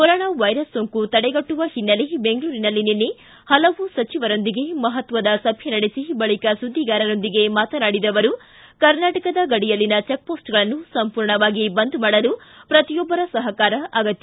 corona virus ಸೋಂಕು ತಡೆಗಟ್ಟುವ ಹಿನ್ನೆಲೆ ಬೆಂಗಳೂರಿನಲ್ಲಿ ನಿನ್ನೆ ಹಲವು ಸಚಿವರೊಂದಿಗೆ ಮಹತ್ವದ ಸಭೆ ನಡೆಸಿ ಬಳಿಕ ಸುದ್ದಿಗಾರರೊಂದಿಗೆ ಮಾತನಾಡಿದ ಅವರು ಕರ್ನಾಟಕ ಗಡಿಯಲ್ಲಿನ ಚೆಕ್ಮೋಸ್ಟ್ಗಳನ್ನು ಸಂಪೂರ್ಣವಾಗಿ ಬಂದ್ ಮಾಡಲು ಪ್ರತಿಯೊಬ್ಬರ ಸಹಕಾರ ಅಗತ್ಯ